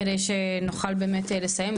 כדי שנוכל באמת לסיים,